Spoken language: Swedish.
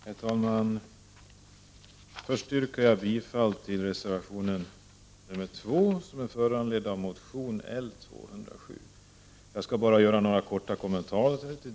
Herr talman! Först yrkar jag bifall till reservation 2, som är föranledd av motion L207. Jag skall bara göra några korta kommentarer.